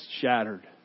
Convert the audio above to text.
shattered